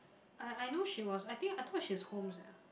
I I know she was I think I thought she's home sia